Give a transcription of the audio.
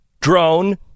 drone